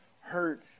hurt